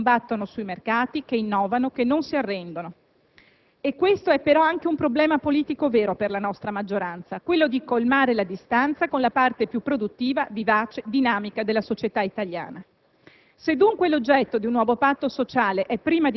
l'Italia fatta anche dalle tante piccole e medie imprese che combattono sui mercati, che innovano, che non si arrendono. Questo è lo dico per inciso, anche un problema politico vero per la nostra maggioranza, quello di colmare la distanza con la parte più produttiva, vivace, dinamica della società italiana.